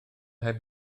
heb